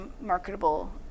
marketable